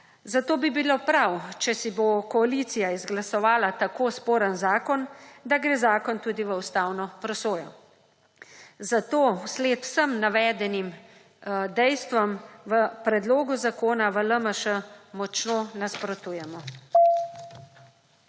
Zato bi bilo prav, če si bo koalicija izglasovala tako sporen zakon, da gre zakon tudi v ustavno presojo. Zaradi vseh navedenih dejstev predlogu zakona v LMŠ močno nasprotujemo.